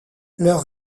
leur